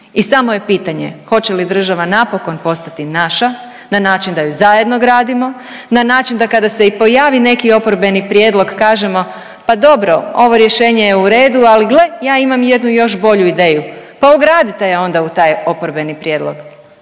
i samo je pitanje hoće li država napokon postati naša na način da je zajedno gradimo, na način da kada se i pojavi neki oporbeni prijedlog kažemo pa dobro, ovo rješenje je u redu ali gle ja imam jednu i još bolju ideju. Pa ugradite je onda u taj oporbeni prijedlog,